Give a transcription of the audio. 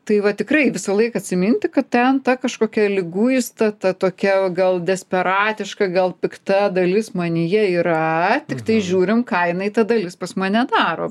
tai va tikrai visą laiką atsiminti kad ten ta kažkokia liguista ta tokia gal desperatiška gal pikta dalis manyje yra tiktai žiūrim ką jinai ta dalis pas mane daro